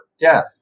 death